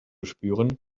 spüren